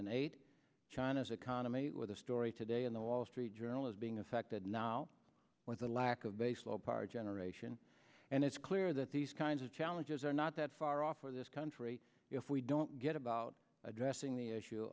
and eight china's economy where the story today in the wall street journal is being affected now with the lack of a slope our generation and it's clear that these kinds of challenges are not that far off for this country if we don't get about addressing the issue